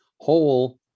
whole